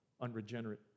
unregenerate